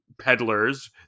peddlers